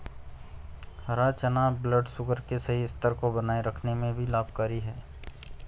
हरा चना ब्लडशुगर के सही स्तर को बनाए रखने में भी लाभकारी है